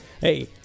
Hey